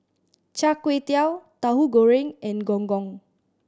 Char Kway Teow Tauhu Goreng and Gong Gong